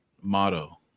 motto